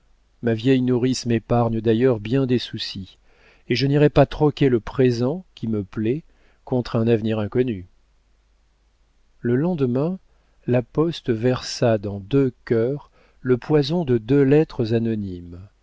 ma vieille nourrice m'épargne d'ailleurs bien des soucis et je n'irai pas troquer le présent qui me plaît contre un avenir inconnu le lendemain la poste versa dans deux cœurs le poison de deux lettres anonymes